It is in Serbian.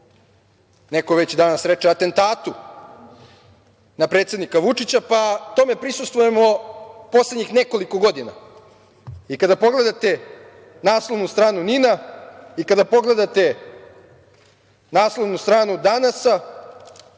neko već danas reče, atentatu na predsednika Vučića, pa tome prisustvujemo poslednjih nekoliko godina. Kada pogledate naslovnu stranu NIN-a i kada pogledate naslovnu stranu Danasa